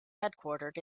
headquartered